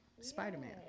Spider-Man